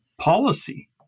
policy